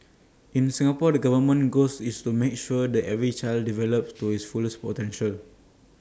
in Singapore the government's goals is to make sure that every child develops to his fullest potential